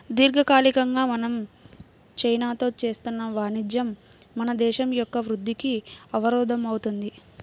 దీర్ఘకాలికంగా మనం చైనాతో చేస్తున్న వాణిజ్యం మన దేశం యొక్క వృద్ధికి అవరోధం అవుతుంది